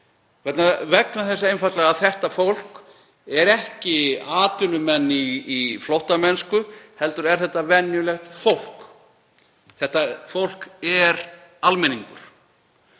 vegna þess einfaldlega að þetta fólk er ekki atvinnumenn í flóttamennsku, heldur er þetta venjulegt fólk. Þetta fólk er almenningur.